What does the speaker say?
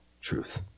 truth